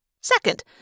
Second